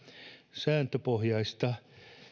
sääntöpohjaista